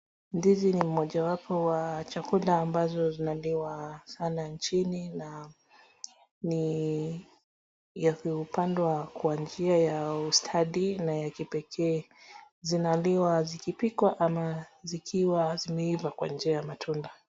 Ndizi ni mojawapo ya vyakula ambazo zinaliwa sana nchini na ni ya kupandwa kwa njia ya ustadi na ya kipekee. Zinaliwa zikipikwa ama zikiwa zimeiva kwa njia ya matunda.